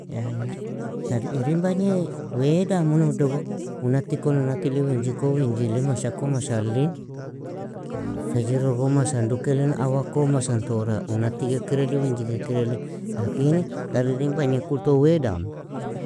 يعني tar irin bagnye weadamun udogu, unatikon, unatili, winjiko, winjili, mashako, mashallin, fejiro gon, mashan dukelin, awakon, mashantora unatig ekireli, winjig ekireli, lakini tar irin bagnye kulton weadamu.